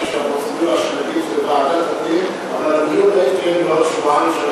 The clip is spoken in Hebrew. מציע שוועדת הפנים תקיים דיון בעוד שבועיים-שלושה,